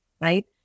right